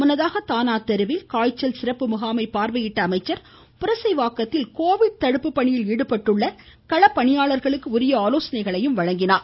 முன்னதாக தானா தெருவில் காய்ச்சல் சிறப்பு முகாமை பார்வையிட்ட அமைச்சர் புரசைவாக்கத்தில் கோவிட் தடுப்பு பணியில் ஈடுபட்டுள்ள கள பணியாளர்களுக்கு உரிய ஆலோசனைகளை வழங்கினார்